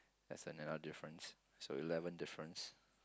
that's another difference so eleven difference